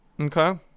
Okay